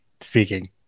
speaking